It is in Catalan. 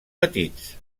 petits